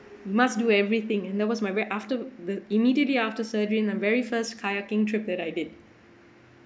must do everything and that was my wrap after the immediately after surgery my very first kayaking trip that I did